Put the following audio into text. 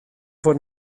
fod